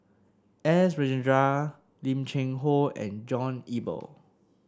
S Rajendran Lim Cheng Hoe and John Eber